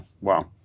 Wow